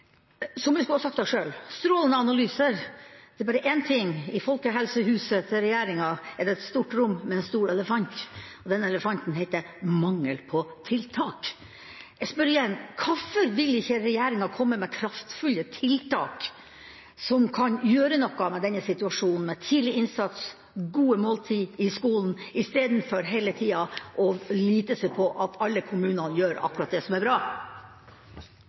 som jeg skulle sagt det selv – strålende analyser. Det er bare én ting: I folkehelsehuset til regjeringen er det et stort rom med en stor elefant, og den elefanten heter «mangel på tiltak». Jeg spør igjen: Hvorfor vil ikke regjeringen komme med kraftfulle tiltak som kan gjøre noe med denne situasjonen, med tidlig innsats, gode måltider i skolen, i stedet for hele tida å lite på at alle kommuner gjør akkurat det som er bra?